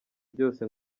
byose